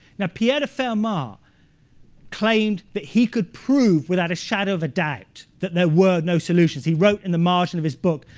now, pierre de fermat claimed that he could prove, without a shadow of a doubt, that there were no solutions. he wrote in the margin of his book,